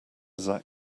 zach